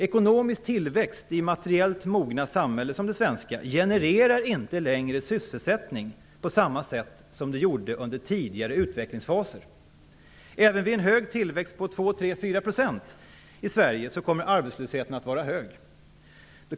Ekonomisk tillväxt i materiellt mogna samhällen som det svenska genererar inte längre sysselsättning på samma sätt som under tidigare utvecklingsfaser. Även vid en hög tillväxt på 2 %, 3 %, 4 % i Sverige kommer arbetslösheten att vara hög.